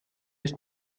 ist